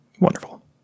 wonderful